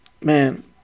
man